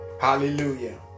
Hallelujah